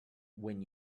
when